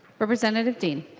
representative dehn